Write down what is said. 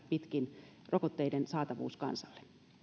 pitkin rokotteiden saatavuus kansalle